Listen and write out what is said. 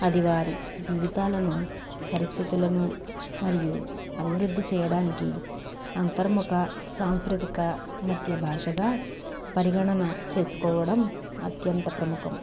అది వారి జీవితాలను పరిస్థితులను మరియు అభివృద్ధి చేయడానికి అంతర్ముఖ సంస్కృతిక మధ్య భాషగా పరిగణన చేసుకోవడం అత్యంత ప్రముఖం